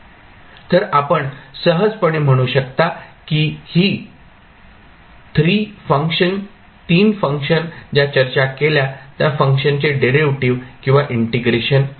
तर आपण सहजपणे म्हणू शकता की ही 3 फंक्शन ज्या चर्चा केल्या त्या फंक्शनचे डेरिव्हेटिव्ह् किंवा इंटिग्रेशन आहेत